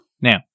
Now